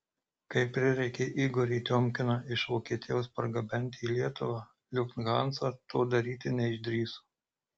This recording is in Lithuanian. kai prireikė igorį tiomkiną iš vokietijos pargabenti į lietuvą lufthansa to daryti neišdrįso